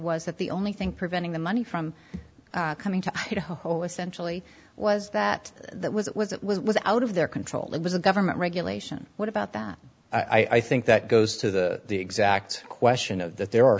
was that the only thing preventing the money from coming to the whole essentially was that that was it was it was out of their control it was a government regulation what about that i think that goes to the exact question of that there are